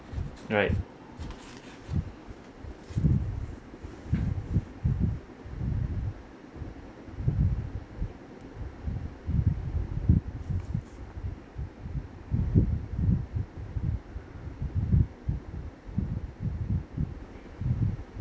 you're right